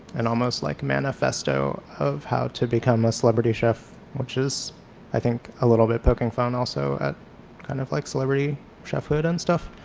an almost like manifesto of how to become a celebrity chef, which is i think a little bit poking fun also at kind of like celebrity chefhood and stuff.